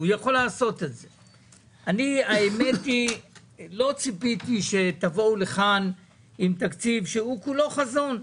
לא ציפיתי שתבואו לכאן עם תקציב שכולו חזון.